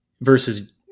versus